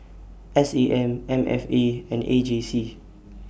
S A M M F A and A J C